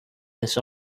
this